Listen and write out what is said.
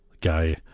guy